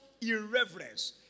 irreverence